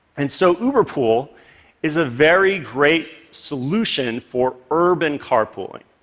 and so uberpool is a very great solution for urban carpooling.